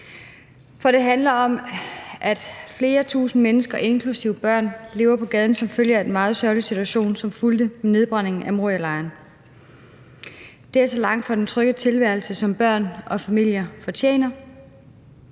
for det handler om, at flere tusinde mennesker inklusive børn lever på gaden som følge af den meget sørgelige situation, som opstod efter nedbrændingen af Morialejren. Det er så langt fra den trygge tilværelse, som børn og familier fortjener.